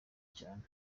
cyane